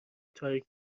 تاریک